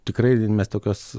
tikrai mes tokios